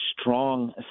strong